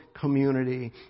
community